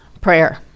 prayer